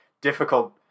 difficult